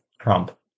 Trump